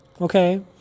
Okay